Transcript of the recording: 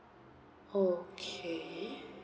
okay